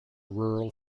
rural